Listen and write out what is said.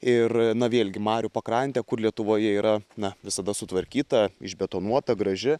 ir na vėlgi marių pakrantė kur lietuvoje yra na visada sutvarkyta išbetonuota graži